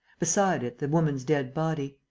beside it, the woman's dead body.